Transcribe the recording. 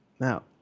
Now